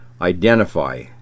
identify